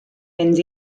mynd